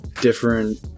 different